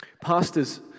Pastors